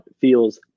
feels